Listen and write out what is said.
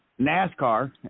nascar